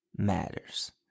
matters